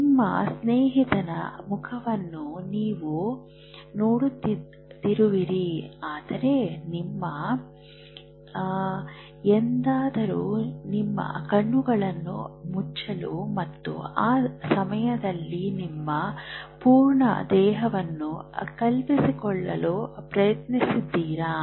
ನಿಮ್ಮ ಸ್ನೇಹಿತನ ಮುಖವನ್ನು ನೀವು ನೋಡುತ್ತಿರುವಿರಿ ಆದರೆ ನೀವು ಎಂದಾದರೂ ನಿಮ್ಮ ಕಣ್ಣುಗಳನ್ನು ಮುಚ್ಚಲು ಮತ್ತು ಆ ಸಮಯದಲ್ಲಿ ನಿಮ್ಮ ಪೂರ್ಣ ದೇಹವನ್ನು ಕಲ್ಪಿಸಿಕೊಳ್ಳಲು ಪ್ರಯತ್ನಿಸಿದ್ದೀರಾ